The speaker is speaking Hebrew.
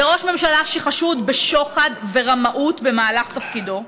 זה ראש ממשלה שחשוד בשוחד ורמאות במהלך תפקידו,